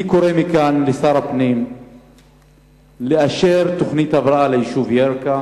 אני קורא מכאן לשר הפנים לאשר תוכנית הבראה ליישוב ירכא